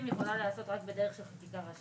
יכולה להיעשות רק בדרך של חקיקה ראשית.